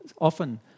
often